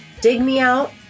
digmeout